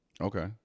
Okay